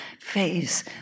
face